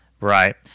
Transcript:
Right